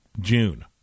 June